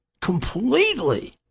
completely